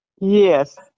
Yes